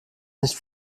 nicht